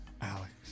Alex